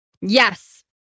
Yes